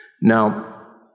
Now